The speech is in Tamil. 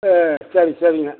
சேரி சரி சரிங்க